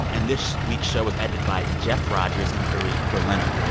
and this week's show was edited by jeff rogers and uri berliner.